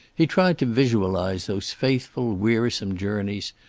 he tried to visualize those faithful, wearisome journeys,